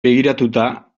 begiratuta